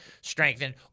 strengthened